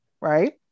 right